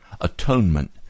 atonement